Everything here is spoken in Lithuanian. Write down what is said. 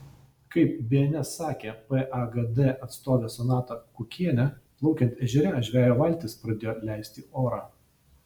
kaip bns sakė pagd atstovė sonata kukienė plaukiant ežere žvejo valtis pradėjo leisti orą